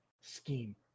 scheme